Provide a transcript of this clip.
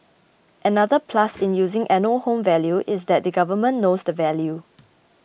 another plus in using annual home value is that the Government knows the value